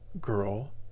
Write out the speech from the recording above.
girl